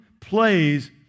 plays